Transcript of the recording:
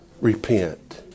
repent